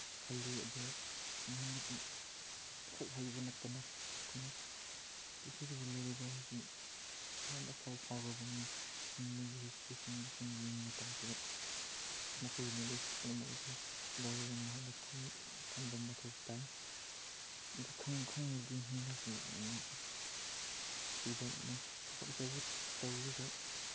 ꯈꯜꯂꯤ ꯑꯗꯨꯒ ꯃꯍꯩ ꯃꯁꯤꯡꯈꯛ ꯍꯩꯕ ꯅꯠꯇꯅ ꯑꯩꯈꯣꯏꯅ ꯞ꯭ꯔꯤꯊꯤꯕꯤꯗ ꯂꯩꯔꯤꯕ ꯍꯧꯖꯤꯛ ꯌꯥꯝꯅ ꯐꯥꯎꯔ ꯐꯥꯎꯔꯕ ꯃꯤ ꯍꯤꯡꯕꯒꯤ ꯍꯤꯁꯇ꯭ꯔꯤꯁꯤꯡꯗꯨ ꯑꯩꯈꯣꯏꯅ ꯌꯦꯡ ꯃꯇꯝꯁꯤꯗ ꯃꯈꯣꯏ ꯅꯣꯂꯦꯖ ꯄꯨꯝꯅꯃꯛ ꯑꯗꯨ ꯂꯧꯔꯒ ꯃꯍꯥꯛꯅ ꯊꯝꯕ ꯃꯊꯧ ꯇꯥꯏ ꯑꯗꯨ ꯈꯪꯂꯗꯤ ꯃꯤꯅꯁꯨ ꯌꯥꯝ ꯅꯨꯡꯁꯤꯕ ꯊꯕꯛ ꯑꯆꯧꯕ ꯇꯧꯔꯒ